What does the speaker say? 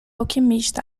alquimista